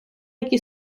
якій